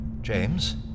James